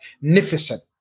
magnificent